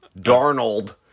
Darnold